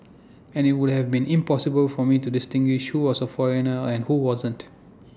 and IT would have been impossible for me to distinguish who was A foreigner and who wasn't